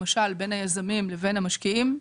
למשל בין היזמים לבין המשקיעים,